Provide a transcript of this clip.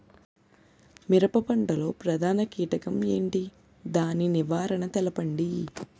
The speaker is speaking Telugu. మిరప పంట లో ప్రధాన కీటకం ఏంటి? దాని నివారణ తెలపండి?